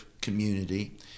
community